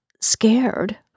scared